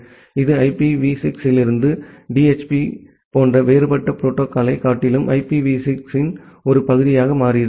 இது ஐபிவி 6 இல் இருந்த டிஹெச்சிபி போன்ற வேறுபட்ட புரோட்டோகால்யைக் காட்டிலும் ஐபிவி 6 இன் ஒரு பகுதியாக மாறியது